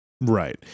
Right